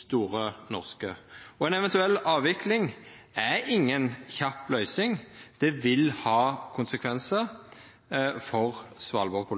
Store Norske. Ei eventuell avvikling er inga kjapp løysing. Det vil ha konsekvensar for